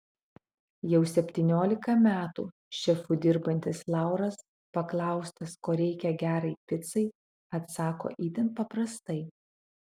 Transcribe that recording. jau septyniolika metų šefu dirbantis lauras paklaustas ko reikia gerai picai atsako itin paprastai